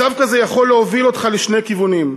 מצב כזה יכול להוביל אותך לשני כיוונים: